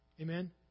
Amen